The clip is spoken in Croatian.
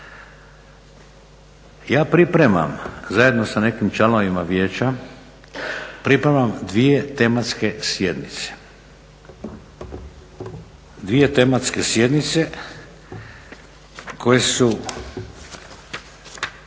Ja pripremam zajedno sa nekim članovima vijeća, pripremam dvije tematske sjednice, dvije tematske sjednice koje su